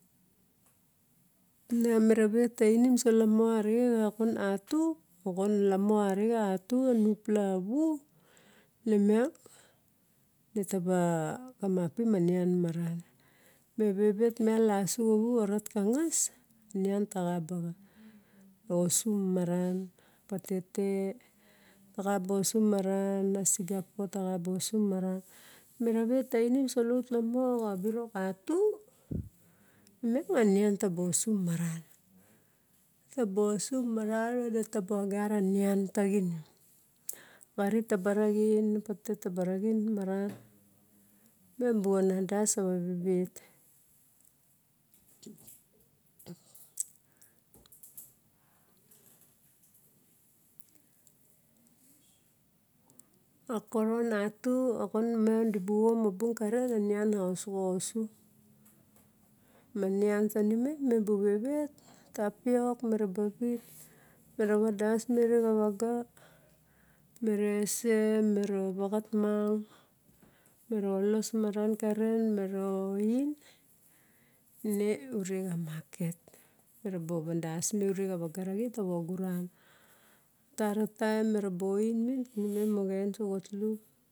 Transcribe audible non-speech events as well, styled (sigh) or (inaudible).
Miang mina vet tainim solamo arixen xa oxona atu, oxona lamo arixena tu, xa nupla. Mu ke miang ne taba kamaplan a nian marang. Me vevet miang i asu xavu orat ka ngas a nian taxa ba osu mamaran ma sigapo taxa bosu maran mera vet tainim so laut lamo xavirok atu miuno anier tabosu maran. Tabu usu (noise) neta ba gara nian taxin xari tabu naxim, patete tabu naxin maran miang mi boxonan das tara vevet (noise) xa koron atu oxon miang di bu omong obung karen onion ne xosoxo osu, ma nian tanimem mebo vevet, tapiok me rabu vit me na vadas me ure xa vaga me rese mera vaxat mang me rolos maran karen me noing ne ure xa maket. Me neba vadas me ure oxa vaga raxin taro garan atai me ruba oing minin tawan so xatlu.